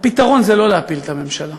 הפתרון זה לא להפיל את הממשלה.